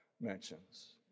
mentions